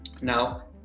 Now